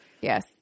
Yes